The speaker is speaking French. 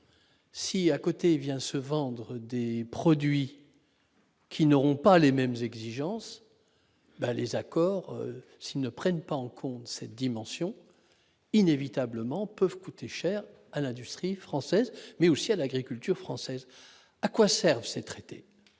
si à côté vient se vendre des produits. Qui n'auront pas les mêmes exigences dans les accords, s'ils ne prennent pas en compte cette dimension inévitablement peuvent coûter cher à l'industrie française, mais aussi à l'agriculture française, à quoi Servent ces traités